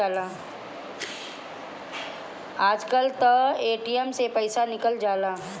आजकल तअ ए.टी.एम से पइसा निकल जाला